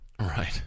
Right